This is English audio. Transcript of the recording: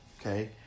Okay